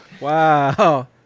Wow